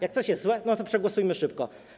Jak coś jest złe, to przegłosujmy to szybko.